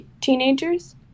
teenagers